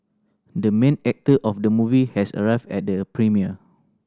the main actor of the movie has arrived at the premiere